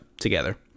together